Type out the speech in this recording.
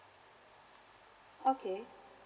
okay